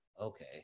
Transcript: okay